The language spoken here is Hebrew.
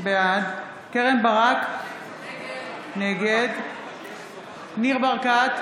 בעד קרן ברק, נגד ניר ברקת,